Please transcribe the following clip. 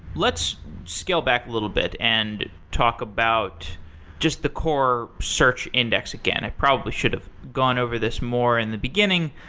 let's scale back a little bit and talk about just the core search index again. i probably should have gone over this more in the beginning,